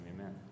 amen